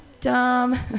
Dumb